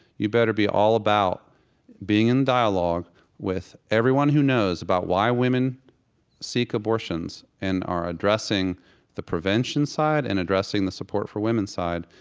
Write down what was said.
you better be all about being in a dialogue with everyone who knows about why women seek abortions and are addressing the prevention side and addressing the support for women side.